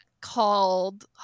called